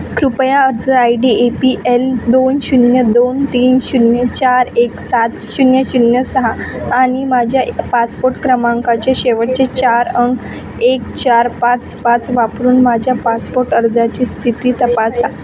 कृपया अर्ज I D A P L दोन शून्य दोन तीन शून्य चार एक सात शून्य शून्य सहा आणि माझ्या पासपोट क्रमांकाचे शेवटचे चार अंक एक चार पाच पाच वापरून माझ्या पासपोट अर्जाची स्थिती तपासा